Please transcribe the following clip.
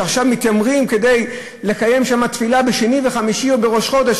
שעכשיו מתיימרים לקיים שם תפילה בשני וחמישי או בראש חודש,